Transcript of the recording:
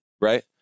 Right